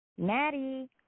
Maddie